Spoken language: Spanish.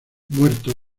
muertos